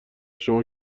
شما